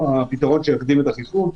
מבחינתנו, זה הפתרון שיקדים את החיסון.